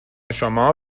شما